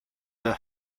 der